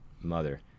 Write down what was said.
mother